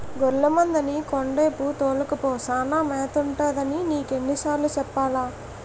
గొర్లె మందని కొండేపు తోలుకపో సానా మేతుంటదని నీకెన్ని సార్లు సెప్పాలా?